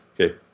Okay